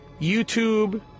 YouTube